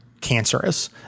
cancerous